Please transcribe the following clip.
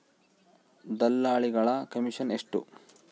ದಲ್ಲಾಳಿಗಳ ಕಮಿಷನ್ ಎಷ್ಟು?